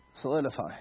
solidify